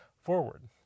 forward